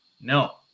no